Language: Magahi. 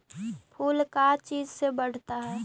फूल का चीज से बढ़ता है?